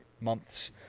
months